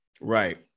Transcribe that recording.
Right